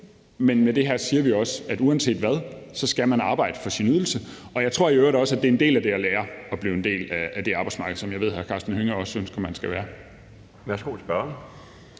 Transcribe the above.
men med det her siger vi også, at uanset hvad skal man arbejde for sin ydelse. Jeg tror i øvrigt også, at det er en del af det at lære at blive en del af det arbejdsmarked, som jeg ved hr. Karsten Hønge også ønsker at man skal være. Kl. 13:58 Den